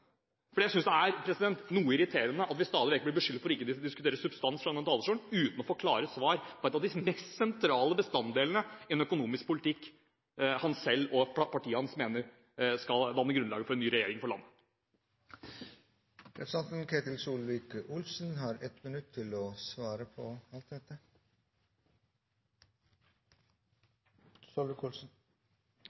jeg synes det er noe irriterende at vi stadig vekk blir beskyldt for ikke å diskutere substans fra denne talerstolen, uten å få klare svar på en av de mest sentrale bestanddelene i en økonomisk politikk han selv og partiet hans mener skal danne grunnlaget for en ny regjering for landet. Representanten Ketil Solvik-Olsen har 1 minutt til å svare på alt dette.